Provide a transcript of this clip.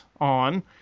on